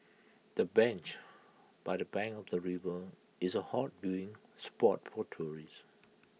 the bench by the bank of the river is A hot viewing spot for tourists